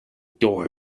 door